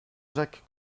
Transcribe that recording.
jacques